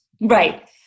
Right